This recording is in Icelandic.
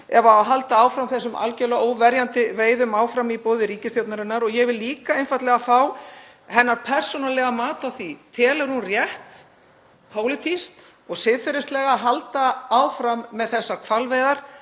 ef halda á þessum algerlega óverjandi veiðum áfram í boði ríkisstjórnarinnar? Ég vil einfaldlega fá hennar persónulega mat á því. Telur hún rétt pólitískt og siðferðilega að halda áfram með þessar hvalveiðar